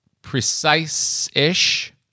precise-ish